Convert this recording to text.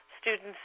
students